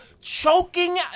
choking